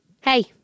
Hey